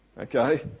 Okay